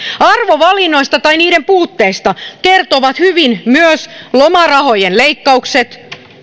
arvovalinnoista tai niiden puutteesta kertovat hyvin myös lomarahojen leikkaukset